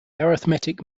arithmetic